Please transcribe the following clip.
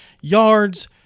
yards